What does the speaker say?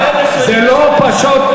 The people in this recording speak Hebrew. זה לא פשוט.